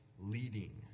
leading